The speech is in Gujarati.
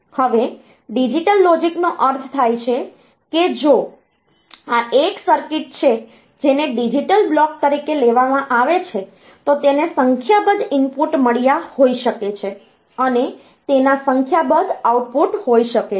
હવે ડીજીટલ લોજીક નો અર્થ થાય છે કે જો આ એક સર્કિટ છે જેને ડીજીટલ બ્લોક તરીકે લેવામાં આવે છે તો તેને સંખ્યાબંધ ઇનપુટ મળ્યા હોય શકે છે અને તેના સંખ્યાબંધ આઉટપુટ હોઈ શકે છે